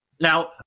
Now